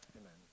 Amen